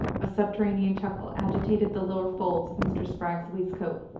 a subterranean chuckle agitated the lower folds of mr. spragg's waistcoat.